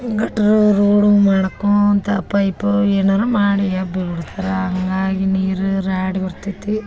ಗಟ್ರ road ಮಾಡ್ಕೋತ pipe ಏನಾರೂ ಮಾಡಿ ಅಬ್ಬಿ ಬಿಡ್ತಾರೆ ಹಂಗಾಗಿ ನೀರು ರಾಡಿ ಬರ್ತೈತಿ